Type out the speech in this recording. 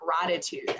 gratitude